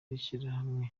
w’ishyirahamwe